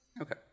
Okay